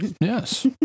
Yes